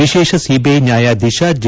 ವಿಶೇಷ ಸಿಬಿಐ ನ್ಯಾಯಾಧೀಶ ಜೆ